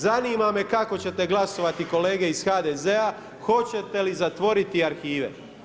Zanima me kako ćete glasovati kolege iz HDZ-a, hoćete li zatvoriti arhive.